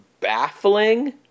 baffling